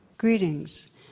Greetings